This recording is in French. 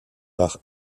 par